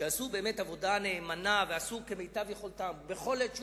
שעשו עבודה נאמנה ועשו כמיטב יכולתם בכל עת שהוזמנו.